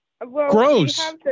Gross